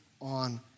on